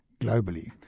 globally